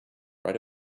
right